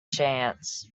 chance